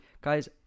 Guys